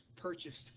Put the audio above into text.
purchased